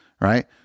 right